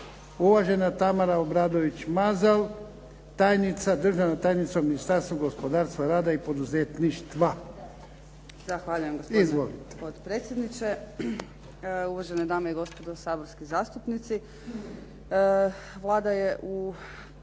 Uvažena Tamara Obradović Mazal, državna tajnica u Ministarstvu gospodarstva, rada i poduzetništva. Izvolite. **Obradović Mazal, Tamara** Zahvaljujem gospodine potpredsjedniče, uvažene dame i gospodo saborski zastupnici. Vlada je u